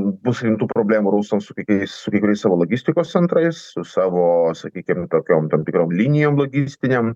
bus rimtų problemų rusams su kai kuriais su kai kuriais savo logistikos centrais su savo sakykim tokiom tam tikrom linijom logistinėm